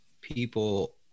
people